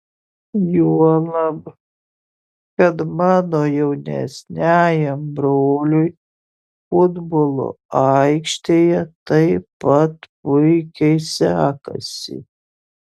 juolab kad mano jaunesniajam broliui futbolo aikštėje taip pat puikiai sekasi